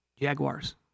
Jaguars